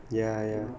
ya ya